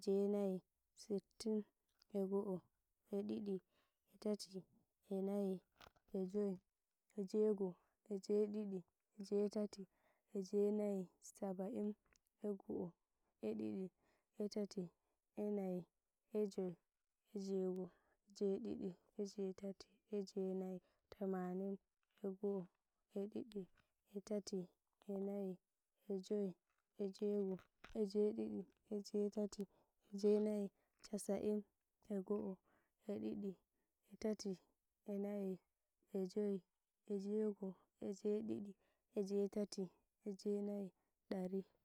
jey'nai, settin, e go'o, e ɗiɗi, e tati, e nayi, e joi, e jey'go, e jey'ɗiɗi, e jey'tati, e jey'nayi, Saba'in, e go'o, e ɗiɗi, e tati, e nayi, e joi, e jey'go, e jey'ɗiɗi, e jey'tati, e jey'nayi, Tamanin, e go'o, e ɗiɗi, e tati, e nayi, e joi, e jey'go, e jey'ɗiɗi, e jey'tati, e jey'nayi, Chasa'in, e go'o, e ɗiɗi, e tati, e nayi, e joi, e jey'go, e jey'ɗiɗi, e jey'tati, e jey'nayi, Dari